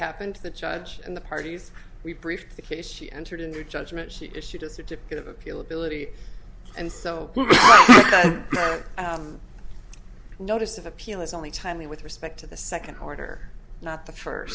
happened to the judge and the parties we briefed the case she entered in your judgment she issued a certificate of appeal ability and so a notice of appeal is only timely with respect to the second order not the first